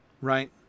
right